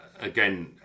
again